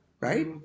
right